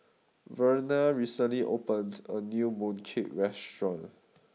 Verna recently opened a new mooncake restaurant